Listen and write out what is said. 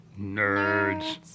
Nerds